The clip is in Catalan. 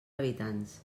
habitants